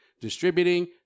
distributing